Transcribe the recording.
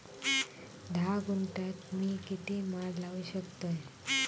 धा गुंठयात मी किती माड लावू शकतय?